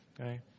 Okay